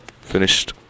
finished